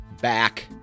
back